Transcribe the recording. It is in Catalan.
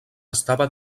estava